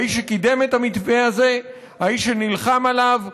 האיש שקידם את המתווה הזה, האיש שנלחם עליו.